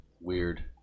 Weird